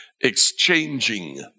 exchanging